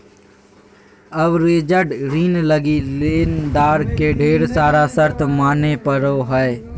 leveraged ऋण लगी लेनदार के ढेर सारा शर्त माने पड़ो हय